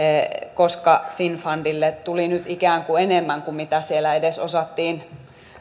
koska finnfundille tuli nyt ikään kuin enemmän kuin mitä siellä edes osattiin